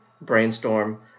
brainstorm